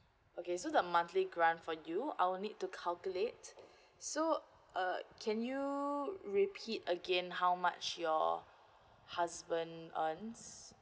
okay so the monthly grant for you I will need to calculate so uh can you repeat again how much your husband earns